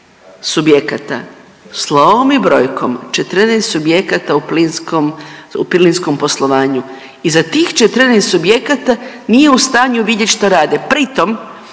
subjekata, slovom i brojkom. 14 subjekata u plinskom poslovanju i za tih 14 subjekata nije u stanju vidjeti što rade. Pritom